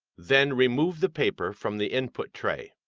then, remove the paper from the input tray.